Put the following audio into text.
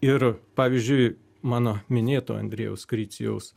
ir pavyzdžiui mano minėtų andriejaus kricijaus